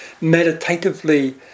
meditatively